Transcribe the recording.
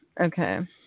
Okay